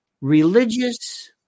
religious